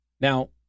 Now